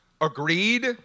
agreed